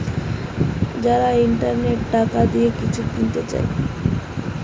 যারা ইন্টারনেটে টাকা দিয়ে কিছু কিনতে চায়